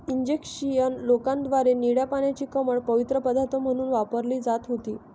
Egyptian लोकांद्वारे निळ्या पाण्याची कमळ पवित्र पदार्थ म्हणून वापरली जात होती